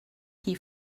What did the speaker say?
key